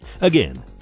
Again